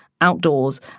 outdoors